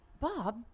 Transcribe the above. Bob